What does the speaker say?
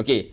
okay